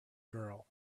girl